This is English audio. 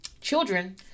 children